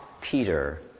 Peter